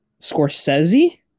Scorsese